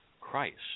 Christ